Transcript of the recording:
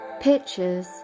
pictures